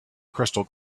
crystal